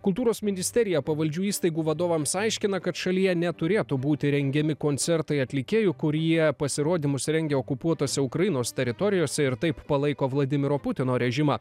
kultūros ministerija pavaldžių įstaigų vadovams aiškina kad šalyje neturėtų būti rengiami koncertai atlikėjų kurie pasirodymus rengia okupuotose ukrainos teritorijose ir taip palaiko vladimiro putino režimą